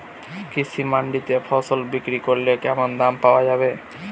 কৃষি মান্ডিতে ফসল বিক্রি করলে কেমন দাম পাওয়া যাবে?